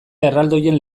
erraldoien